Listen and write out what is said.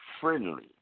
friendly